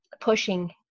pushing